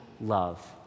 love